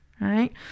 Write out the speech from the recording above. right